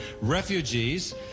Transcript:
Refugees